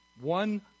One